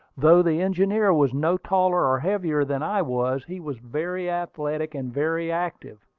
though the engineer was no taller or heavier than i was, he was very athletic and very active.